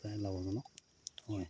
প্ৰায় লাভজনক হয়